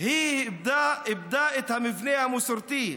היא איבדה את המבנה המסורתי,